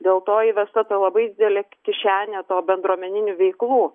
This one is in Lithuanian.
dėl to įvesta labai didelė kišenė to bendruomeninių veiklų